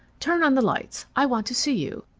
turn on the lights. i want to see you.